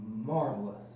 marvelous